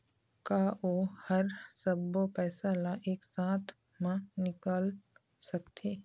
का ओ हर सब्बो पैसा ला एक साथ म निकल सकथे?